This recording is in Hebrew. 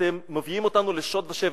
אתם מביאים אותנו לשוד ושבר,